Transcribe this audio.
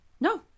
no